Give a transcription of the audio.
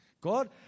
God